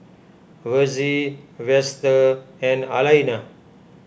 Versie Vester and Alayna